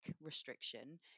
restriction